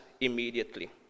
immediately